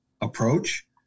approach